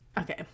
Okay